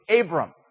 Abram